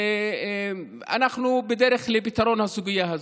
אנחנו בדרך לפתרון הסוגיה הזאת,